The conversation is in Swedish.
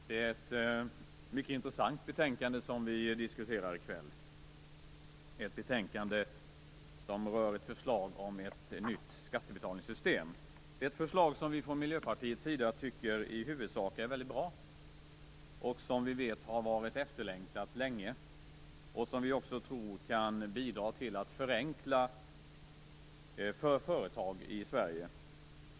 Fru talman! Det är ett mycket intressant betänkande som vi diskuterar i kväll. Det är ett betänkande som rör ett förslag om ett nytt skattebetalningssystem. Miljöpartiet tycker att förslaget i huvudsak är mycket bra, och vi vet att det har varit efterlängtat länge. Vi tror också att det kan bidra till att förenkla för företag i Sverige.